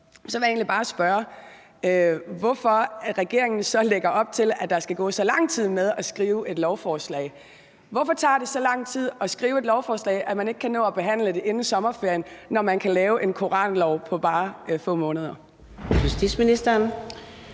Så vil jeg egentlig bare spørge, hvorfor regeringen så lægger op til, at der skal gå så lang tid med at skrive et lovforslag. Hvorfor tager det så lang tid at skrive et lovforslag, at man ikke kan nå at behandle det inden sommerferien, når man kan lave en koranlov på bare få måneder?